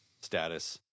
status